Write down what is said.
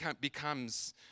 becomes